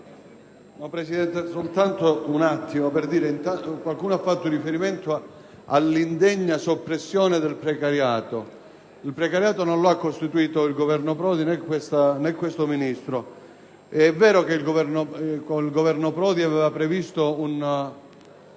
*relatore*. Signora Presidente, qualcuno ha fatto riferimento all'«indegna soppressione del precariato»: il precariato non lo ha costituito il Governo Prodi, né questo Ministro. È vero che il Governo Prodi aveva previsto un